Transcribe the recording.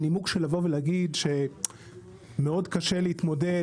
הנימוק של לבוא ולהגיד שמאוד קשה להתמודד,